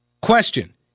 Question